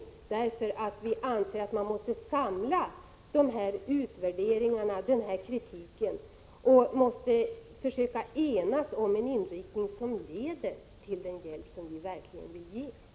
Utvärderingarna och kritiken måste samlas, och vi måste försöka enas om en inriktning som leder till den hjälp som vi verkligen vill ge.